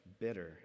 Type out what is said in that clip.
bitter